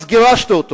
אז גירשת את השף,